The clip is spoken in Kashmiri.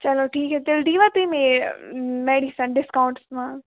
چَلو ٹھیٖک ہے تیٚلہِ دِیٖوا تُہۍ مےٚ یہِ میڈِسن ڈِسکاونٛٹس منٛز